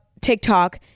TikTok